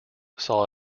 saw